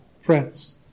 friends